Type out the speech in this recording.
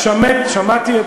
שמעתי אותך.